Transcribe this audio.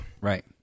Right